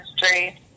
history